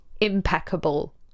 impeccable